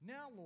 Now